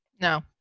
No